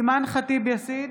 אימאן ח'טיב יאסין,